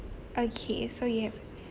okay so you have